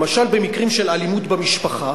למשל במקרים של אלימות במשפחה.